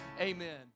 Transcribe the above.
Amen